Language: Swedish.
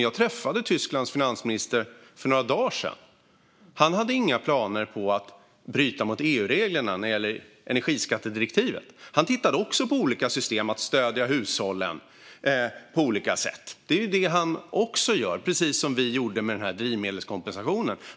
Jag träffade dock Tysklands finansminister för några dagar sedan, och då hade han inga planer på att bryta mot EU-reglerna i energiskattedirektivet. Han tittade också på olika sätt att stödja hushållen, precis som vi gjorde med drivmedelskompensationen.